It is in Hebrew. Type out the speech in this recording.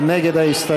מי נגד ההסתייגות?